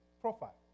profile